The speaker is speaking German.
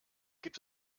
gibt